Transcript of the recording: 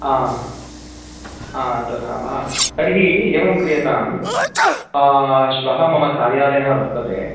हा हा तथा वा तर्हि एवं क्रियतां श्वः मम कार्यालयः वर्तते